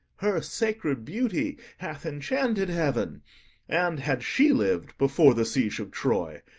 her sacred beauty hath enchanted heaven and, had she liv'd before the siege of troy,